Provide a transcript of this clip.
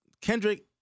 Kendrick